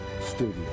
studio